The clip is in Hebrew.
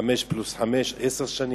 חמש פלוס חמש, עשר שנים.